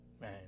Man